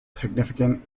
significant